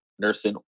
nursing